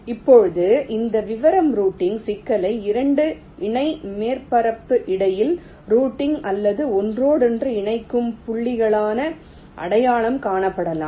இப்போது இந்த விவரம் ரூட்டிங் சிக்கலை 2 இணை மேற்பரப்புக்கு இடையில் ரூட்டிங் அல்லது ஒன்றோடொன்று இணைக்கும் புள்ளிகளாக அடையாளம் காணலாம்